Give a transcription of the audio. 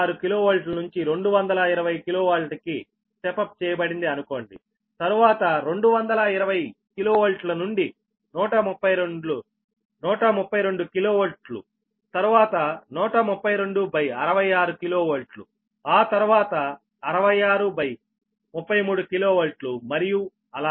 6 kV నుంచి 220 kV కి step up చేయబడింది అనుకోండి తరువాత 220 kV నుండి 132 kV తర్వాత 132 66 kV ఆ తర్వాత 6633 kV మరియు అలా